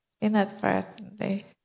inadvertently